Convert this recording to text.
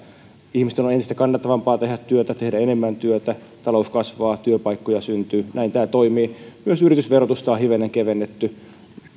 ihmisten on entistä kannattavampaa tehdä työtä tehdä enemmän työtä jolloin talous kasvaa työpaikkoja syntyy näin tämä toimii myös yritysverotusta on hivenen kevennetty